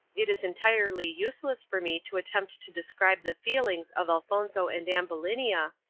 it is entirely useless for me to attempt to describe the feelings of elfonzo and ambulinia,